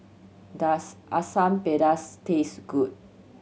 does Asam Pedas taste good